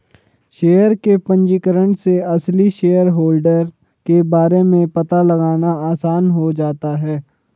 share के पंजीकरण से असली शेयरहोल्डर के बारे में पता लगाना आसान हो जाता है